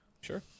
Sure